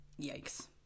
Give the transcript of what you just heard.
Yikes